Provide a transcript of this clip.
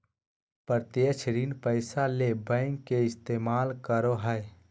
प्रत्यक्ष ऋण पैसा ले बैंक के इस्तमाल करो हइ